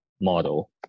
model